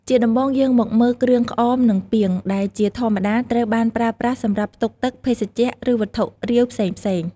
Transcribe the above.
ជាដំំបូងយើងមកមើល គ្រឿងក្អម និងពាង ដែលជាធម្មតាត្រូវបានប្រើប្រាស់សម្រាប់ផ្ទុកទឹក ភេសជ្ជៈ ឬវត្ថុរាវផ្សេងៗ។